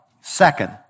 Second